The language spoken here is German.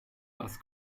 was